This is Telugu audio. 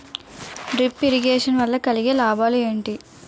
డ్రిప్ ఇరిగేషన్ వల్ల కలిగే లాభాలు ఏంటి?